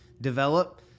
develop